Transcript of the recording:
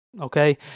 Okay